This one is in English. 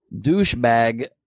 douchebag